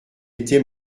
était